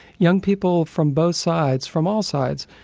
young people from both sides, from all sides,